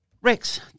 Rex